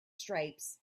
stripes